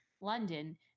London